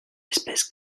espèce